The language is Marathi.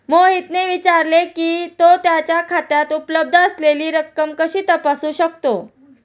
मोहितने विचारले की, तो त्याच्या खात्यात उपलब्ध असलेली रक्कम कशी तपासू शकतो?